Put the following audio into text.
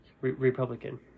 Republican